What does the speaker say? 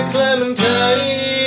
Clementine